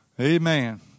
Amen